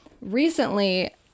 recently